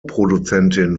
produzentin